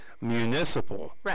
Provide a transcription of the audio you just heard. Municipal